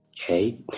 okay